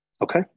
Okay